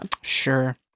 Sure